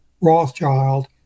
Rothschild